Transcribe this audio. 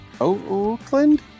Oakland